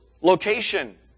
location